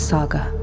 Saga